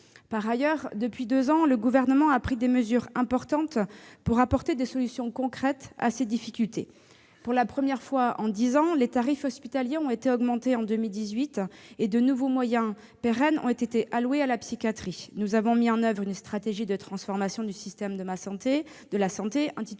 Par ailleurs, depuis deux ans, le Gouvernement a pris des mesures importantes pour apporter des solutions concrètes à ces difficultés. Pour la première fois en dix ans, les tarifs hospitaliers ont été augmentés en 2018 et de nouveaux moyens pérennes ont été alloués à la psychiatrie. Nous avons mis en oeuvre une stratégie de transformation du système de santé, intitulée